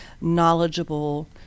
knowledgeable